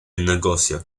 negocio